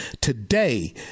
today